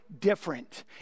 different